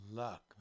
luck